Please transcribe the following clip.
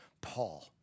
Paul